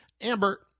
Amber